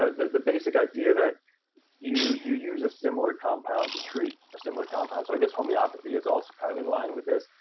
ah the the basic idea that you you use a similar compound to treat a similar compound. so i guess homeopathy is also kind of in line with this,